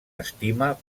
estima